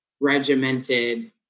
regimented